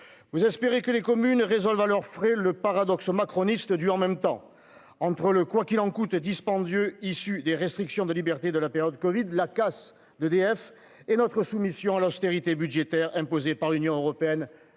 vous espérez que les communes résolve à leur frais, le paradoxe du en même temps entre le quoi qu'il en coûte dispendieux issus des restrictions de liberté, de la période Covid la casse d'EDF et notre soumission à l'austérité budgétaire imposée par l'Union européenne